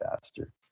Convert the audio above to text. faster